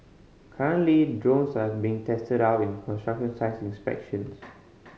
currently drones are being tested out in construction site inspections